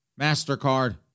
MasterCard